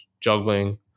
juggling